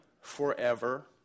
forever